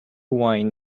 wine